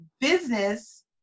business